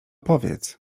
powiedz